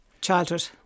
childhood